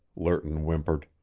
lerton whimpered.